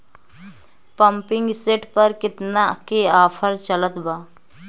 Pumping set पर केतना के ऑफर चलत बा?